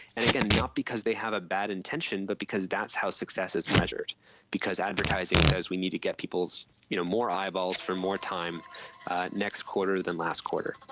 and again, not because they have a bad intention but because that's how success is measured because advertising says we need to get you know more eyeballs for more time next quarter than last quarter.